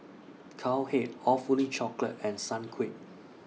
Cowhead Awfully Chocolate and Sunquick